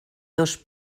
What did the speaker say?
dos